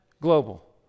global